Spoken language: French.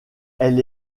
elle